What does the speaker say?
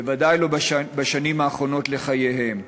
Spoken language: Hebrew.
בוודאי לא בשנים האחרונות לחייהם.